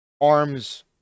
arms